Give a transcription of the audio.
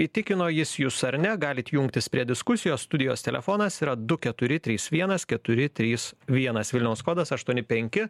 įtikino jis jus ar ne galit jungtis prie diskusijos studijos telefonas yra du keturi trys vienas keturi trys vienas vilniaus kodas aštuoni penki